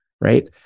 right